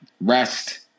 rest